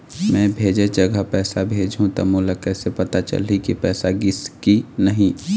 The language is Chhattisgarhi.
मैं भेजे जगह पैसा भेजहूं त मोला कैसे पता चलही की पैसा गिस कि नहीं?